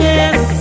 Yes